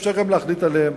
אפשר גם להחליט עליהם,